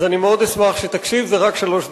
אז אני מאוד אשמח שתקשיב, זה רק שלוש דקות.